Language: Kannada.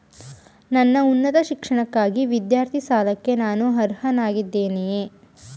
ನನ್ನ ಉನ್ನತ ಶಿಕ್ಷಣಕ್ಕಾಗಿ ವಿದ್ಯಾರ್ಥಿ ಸಾಲಕ್ಕೆ ನಾನು ಅರ್ಹನಾಗಿದ್ದೇನೆಯೇ?